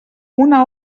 una